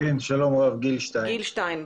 גיל שטיין,